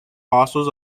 fossils